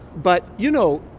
but, you know,